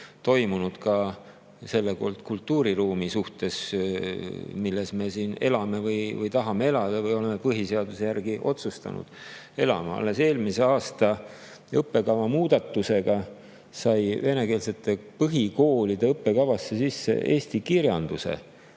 toimunud selle kultuuriruumi suhtes, milles me elame või tahame elada või oleme põhiseaduse järgi otsustanud elada. Alles eelmise aasta õppekava muudatusega sai venekeelsete põhikoolide õppekavasse sisse eesti kirjanduse